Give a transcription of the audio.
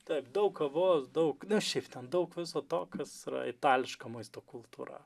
taip daug kavos daug šiaip ten daug viso to kas yra itališka maisto kultūra